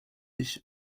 ich